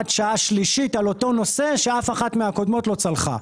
שעה שלישית על אותו נושא כאשר אף אחת מהקודמות לא צלחה.